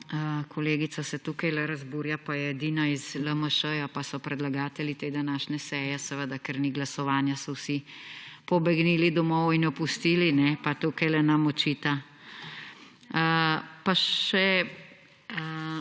Kolegica se tukaj razburja, pa je edina iz LMŠ, pa so predlagatelji te današnje seje. Seveda, ker ni glasovanja, so vsi pobegnili domov in jo pustili, pa tukaj nam očita. Pa še,